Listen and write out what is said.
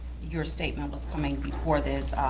your statement was coming before this,